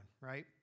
right